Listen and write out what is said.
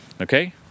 Okay